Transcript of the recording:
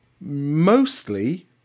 Mostly